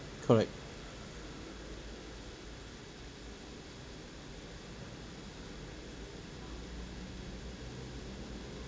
correct